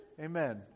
Amen